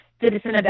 Citizen